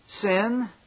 sin